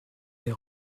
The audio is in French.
est